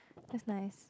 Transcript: just nice